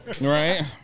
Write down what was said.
Right